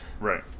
Right